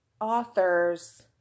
authors